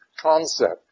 concept